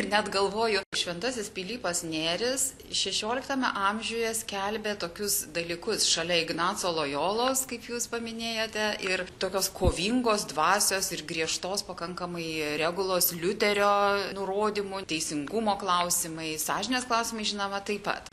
ir net galvoju šventasis pilypas nėris šešioliktame amžiuje skelbė tokius dalykus šalia ignaco lojolos kaip jūs paminėjote ir tokios kovingos dvasios ir griežtos pakankamai regulos liuterio nurodymu teisingumo klausimai sąžinės klausimai žinoma taip pat